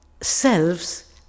selves